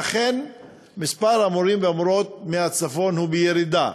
ואכן מספר המורים והמורות מהצפון הוא בירידה.